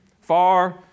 Far